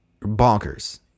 bonkers